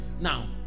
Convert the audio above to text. now